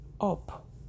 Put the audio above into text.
up